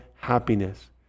happiness